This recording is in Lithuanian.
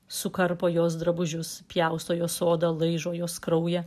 sukarpo jos drabužius pjausto jos odą laižo jos kraują